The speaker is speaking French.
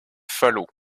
falot